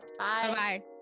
Bye